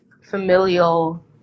familial